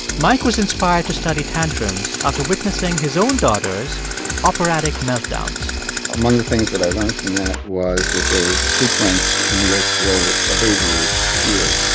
mike was inspired to study tantrums after witnessing his own daughter's operatic meltdowns among the things that i learned from that was that there was a sequence in which various behaviors appeared,